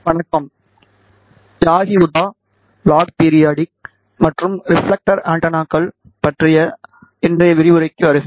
வணக்கம் Yagi Uda log periodic மற்றும் reflector ஆண்டெனாக்கள் பற்றிய இன்றைய விரிவுரைக்கு வருக